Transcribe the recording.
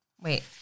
Wait